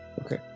Okay